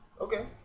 okay